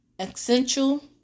Essential